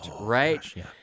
right